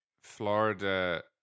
Florida